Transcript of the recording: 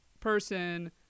person